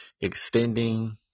extending